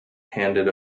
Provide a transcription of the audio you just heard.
handed